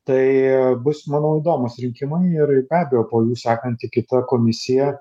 tai bus manau įdomūs rinkimai ir be abejo po jų sekantį kita komisija